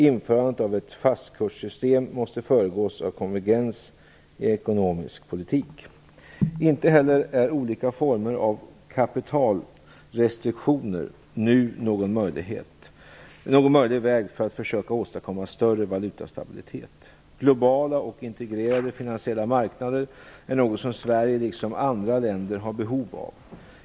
Införandet av ett fastkurssystem måste föregås av konvergens i ekonomisk politik. Inte heller är olika former av kapitalrestriktioner nu någon möjlig väg för att försöka åstadkomma större valutastabilitet. Globala och integrerade finansiella marknader är något som Sverige, liksom andra länder, har behov av.